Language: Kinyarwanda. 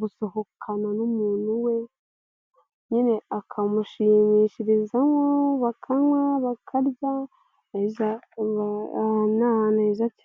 gusohokana n'umuntu we nyine akamushimishirizamo bakanywa, bakarya, aha ni ahantu heza cyane.